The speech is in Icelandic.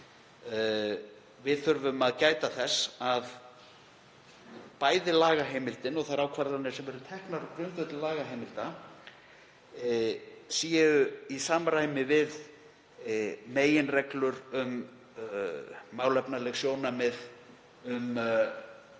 Við þurfum að gæta þess að bæði lagaheimildin og þær ákvarðanir sem eru teknar á grundvelli lagaheimilda séu í samræmi við meginreglur um málefnaleg sjónarmið,